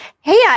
Hey